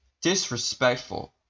disrespectful